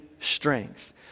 strength